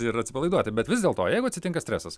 ir atsipalaiduoti bet vis dėlto jeigu atsitinka stresas